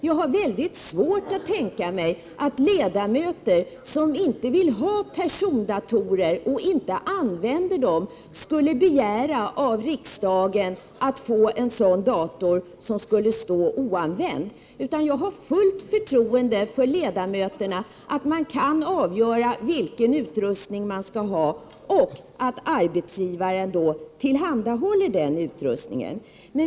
Jag har väldigt svårt att tänka mig att ledamöter som inte vill ha persondatorer och inte använder dem skulle begära av riksdagen at: få en sådan utrustning som skulle stå oanvänd, utan jag har fullt förtroende för ledamöterna att de kan avgöra vilken utrustning de skall ha och att arbetsgivaren då tillhandahåller den utrustningen.